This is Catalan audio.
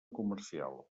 comercial